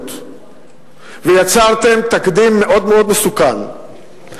הרמטכ"לות ויצרתם תקדים מאוד מאוד מסוכן,